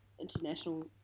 international